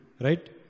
right